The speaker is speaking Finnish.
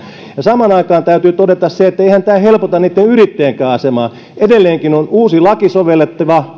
ja samaan aikaan täytyy todeta se että eihän tämä helpota niitten yrittäjienkään asemaa edelleenkin on uusi laki sovellettavana